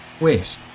Wait